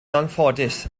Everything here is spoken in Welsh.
anffodus